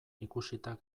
ikusita